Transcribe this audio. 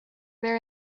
there